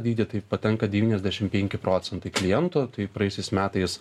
dydį tai patenka devyniasdešim penki procentai klientų tai praėjusiais metais